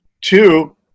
Two